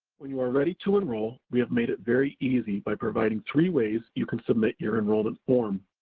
when you are ready to enroll, we have made it very easy by providing three ways you can submit your enrollment form.